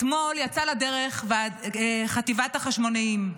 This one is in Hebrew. אתמול יצאה לדרך חטיבת החשמונאים.